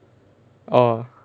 orh